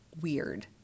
weird